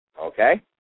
Okay